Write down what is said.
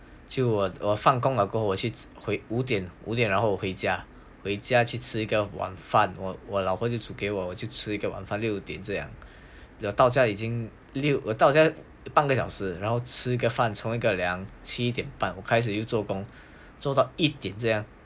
就我放工了过去会五点五点然后回家回家去吃一个晚饭我我老婆就煮给我我就吃一个晚上六点这样了到家已经六到家半个小时然后吃个饭冲个凉七点半我开始又做工做到一点这样